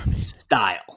style